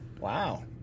Wow